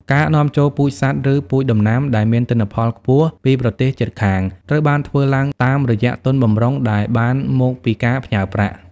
ការនាំចូលពូជសត្វ ឬពូជដំណាំដែលមានទិន្នផលខ្ពស់ពីប្រទេសជិតខាងត្រូវបានធ្វើឡើងតាមរយៈទុនបម្រុងដែលបានមកពីការផ្ញើប្រាក់។